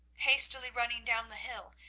hastily running down the hill,